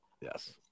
yes